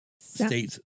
states